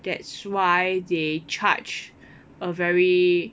that's why they charge a very